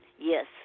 Yes